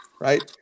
right